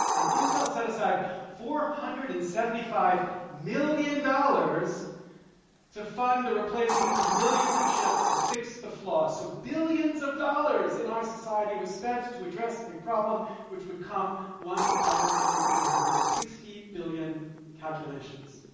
and intel set aside four hundred and seventy five million dollars to fund the replacement of millions of chips to fix the flaw. so billions of dollars in our society was spent to address a problem which would come once out of every three hundred and sixty billion calculations.